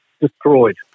destroyed